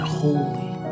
holy